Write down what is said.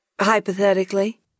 hypothetically